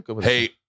hey